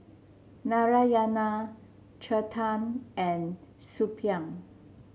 Narayana Chetan and Suppiah